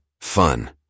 Fun